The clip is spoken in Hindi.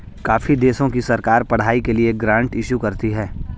काफी देशों की सरकार पढ़ाई के लिए ग्रांट इशू करती है